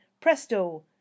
presto